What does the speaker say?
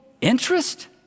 interest